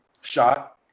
shot